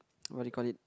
what do you call it